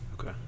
okay